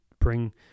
bring